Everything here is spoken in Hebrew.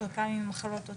חלקם עם מחלות,